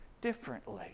differently